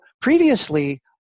previously